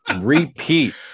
repeat